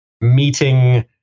meeting